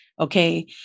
okay